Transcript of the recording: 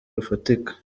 rufatika